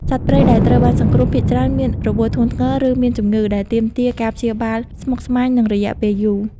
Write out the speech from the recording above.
សត្វព្រៃដែលត្រូវបានសង្គ្រោះភាគច្រើនមានរបួសធ្ងន់ធ្ងរ ឬមានជំងឺ ដែលទាមទារការព្យាបាលស្មុគស្មាញ និងរយៈពេលយូរ។